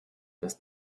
dass